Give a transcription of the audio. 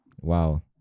wow